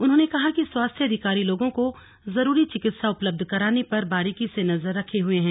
उन्होंने कहा कि स्वास्थ्य अधिकारी लोगों को जरूरी चिकित्सा उपलब्ध कराने पर बारीकी से नजर रखे हुए हैं